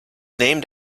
named